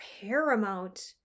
paramount